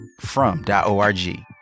from.org